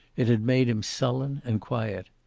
it had made him sullen and quiet.